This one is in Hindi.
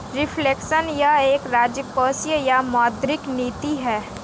रिफ्लेक्शन यह एक राजकोषीय या मौद्रिक नीति है